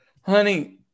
honey